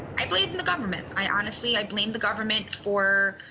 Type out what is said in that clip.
i blame the government. i, honestly, i blame the government for,